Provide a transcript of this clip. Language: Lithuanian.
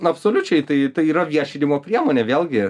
absoliučiai tai yra viešinimo priemonė vėlgi